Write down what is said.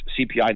CPI